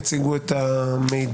יציגו את המידע,